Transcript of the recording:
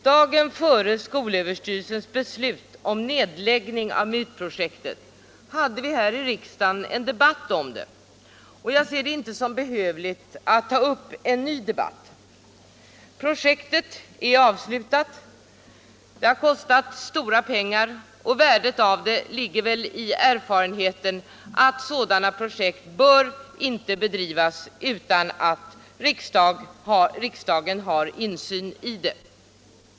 Dagen före skolöverstyrelsens beslut om nedläggning av MUT-projektet hade vi här i riksdagen en debatt om projektet, och jag ser det inte som behövligt att ta upp en ny debatt. Projektet är avslutat. Det har kostat stora pengar, och värdet av det ligger väl i erfarenheten att sådana projekt inte bör bedrivas utan att riksdagen har insyn i dem.